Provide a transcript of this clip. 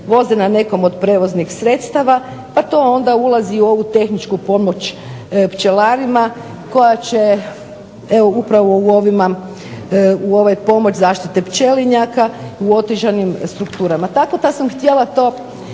voze na nekom od prevoznih sredstava, pa to onda ulazi i u ovu tehničku pomoć pčelarima koja će evo upravo u ovima, u ove pomoć zaštite pčelinjaka u otežanim strukturama. Tako da sam htjela to naglasiti